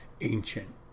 ancient